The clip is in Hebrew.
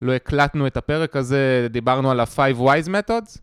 לא הקלטנו את הפרק הזה, דיברנו על ה-Five Wise Methods.